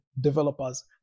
developers